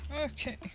Okay